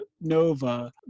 Nova